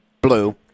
Blue